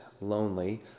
lonely